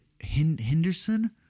Henderson